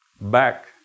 Back